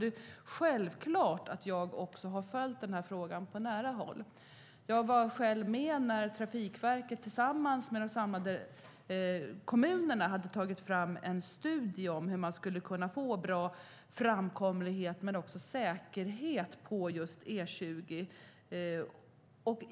Jag har självklart följt frågan på nära håll. Jag var med när Trafikverket tillsammans med de berörda kommunerna presenterade en studie om hur man ska kunna få bra framkomlighet och säkerhet på E20.